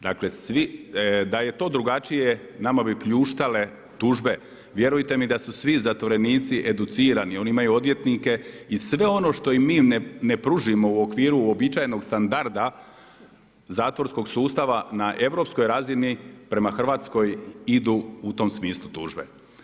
Dakle svi, da je to drugačije nama bi pljuštale tužbe. vjerujte mi da su svi zatvorenici educirani, oni imaju odvjetnike i sve ono što im mi ne pružimo u okviru uobičajenog standarda zatvorskog sustava na europskoj razini prema Hrvatskoj idu u tom smislu tužbe.